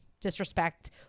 disrespect